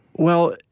well,